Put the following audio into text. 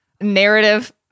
narrative